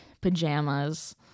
pajamas